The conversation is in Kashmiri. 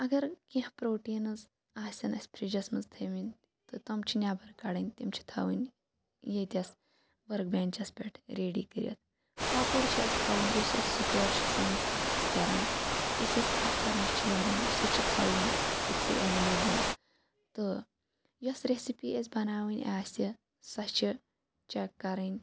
اگر کینٛہہ پُروٹیٖنٕز آسن اسہِ فِرٛیجس منٛز تھٲمٕتۍ تہٕ تِم چھ نٮ۪بر کَڑٕنۍ تِم چھِ تھاوٕنۍ ییٚتیٚس ؤرٕک بینٛچَس پٮ۪ٹھ ریڈی کٔرِتھ کُپُر چھُ اسہِ تھاوُن یُس اسہِ سِکیٚور چھُ سٲنِس اَتھَس کَران یُس اسہِ تھَپھ کَرنَس چھُ اسہِ لَگان سُہ چھُ تھاوُن أتِسٕے ایٚولیبٕل تہٕ یۄس ریٚسِپی اسہِ بَناوٕنۍ آسہِ تہِ سۄ چھِ چیٚک کَرٕنۍ